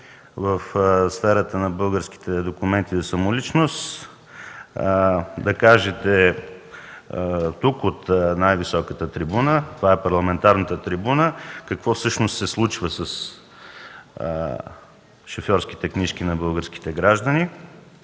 в сферата на българските документи за самоличност, да кажете тук от най-високата трибуна, това е парламентарната трибуна, какво всъщност се случва с шофьорските книжки на българските граждани?